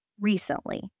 recently